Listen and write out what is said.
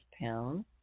pound